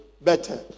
better